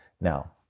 Now